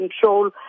control